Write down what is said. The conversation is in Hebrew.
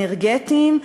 אנרגטיים.